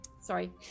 sorry